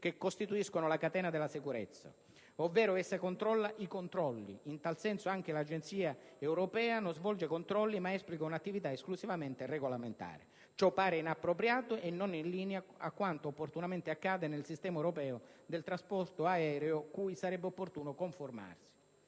che costituiscono la catena della sicurezza. Ovvero essa controlla i controlli! In tal senso anche l'Agenzia europea non svolge controlli, ma esplica un'attività esclusivamente di regolamentazione. Ciò pare inappropriato e non in linea a quanto opportunamente accade nel sistema europeo del trasporto aereo, cui sarebbe opportuno conformarsi.